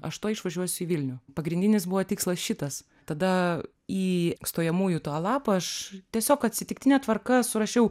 aš tuoj išvažiuosiu į vilnių pagrindinis buvo tikslas šitas tada į stojamųjų tą lapą aš tiesiog atsitiktine tvarka surašiau